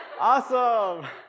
Awesome